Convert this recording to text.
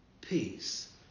Peace